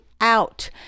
out